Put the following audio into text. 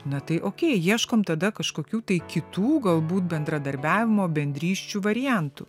na tai okay ieškom tada kažkokių tai kitų galbūt bendradarbiavimo bendrysčių variantų